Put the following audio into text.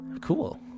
Cool